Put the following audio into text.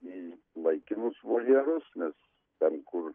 į laikinus voljerus nes ten kur